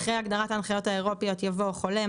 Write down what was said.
אחרי הגדרת "ההנחיות האירופיות" יבוא: "חולה",